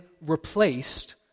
replaced